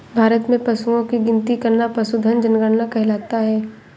भारत में पशुओं की गिनती करना पशुधन जनगणना कहलाता है